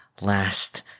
last